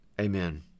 Amen